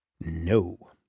No